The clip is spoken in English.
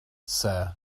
sir